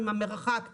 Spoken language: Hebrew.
אם המרחק עירוני,